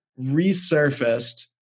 resurfaced